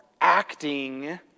acting